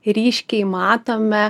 ryškiai matome